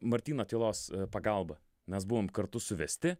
martyno tylos pagalba mes buvom kartu suvesti